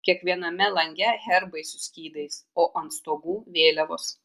kiekviename lange herbai su skydais o ant stogų vėliavos